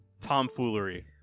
tomfoolery